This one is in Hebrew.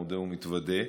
מודה ומתוודה,